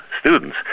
students